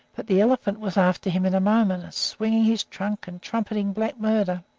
but the elephant was after him in a moment, swinging his trunk and trumpeting black murder.